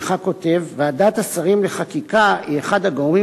הינך כותב: ועדת השרים לחקיקה היא אחד הגורמים